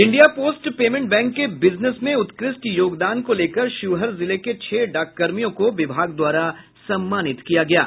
India post payment bank के business में उत्कृष्ट योगदान को लेकर शिवहर जिले के छह डाक कर्मियों को विभाग द्वारा सम्मानित किया गया है